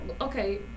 Okay